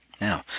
Now